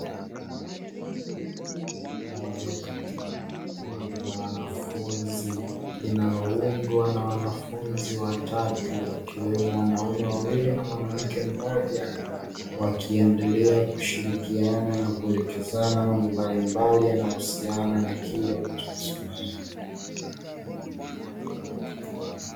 Moja katika kundi la wanafunzi linaloundwa na wanafunzi watatu, wakiwemo wanaume wawili na mwanamke mmoja, wakiendelea kushirikiana na kuelekezana mambo mbalimbali yanayohusiana na kile wanachokisomea.